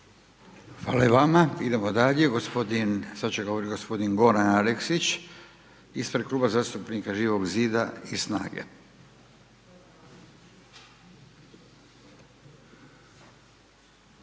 Hvala i vama. Idemo dalje, gospodin, sad će govoriti gospodin Goran Aleksić ispred Kluba zastupnika Živog zida i SNAGA-e. **Aleksić,